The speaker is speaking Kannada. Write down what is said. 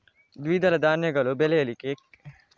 ದ್ವಿದಳ ಧಾನ್ಯಗಳ ಬೆಳೆಯಲ್ಲಿ ಕೀಟನಾಶಕವನ್ನು ಯಾವ ರೀತಿಯಲ್ಲಿ ಬಿಡ್ತಾರೆ?